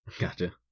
gotcha